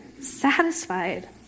satisfied